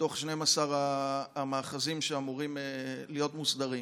בתוך 12 המאחזים שאמורים להיות מוסדרים.